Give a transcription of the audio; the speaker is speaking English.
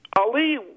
Ali